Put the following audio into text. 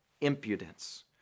impudence